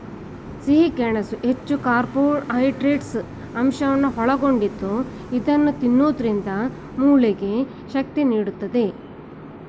ಸಿಹಿ ಗೆಣಸು ಹೆಚ್ಚು ಕಾರ್ಬೋಹೈಡ್ರೇಟ್ಸ್ ಅಂಶಗಳನ್ನು ಒಳಗೊಂಡಿದ್ದು ಇದನ್ನು ತಿನ್ನೋದ್ರಿಂದ ಮೂಳೆಗೆ ಶಕ್ತಿ ನೀಡುತ್ತದೆ